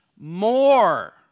more